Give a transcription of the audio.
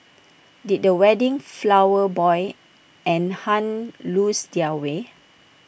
did the wedding flower boy and Hun lose their way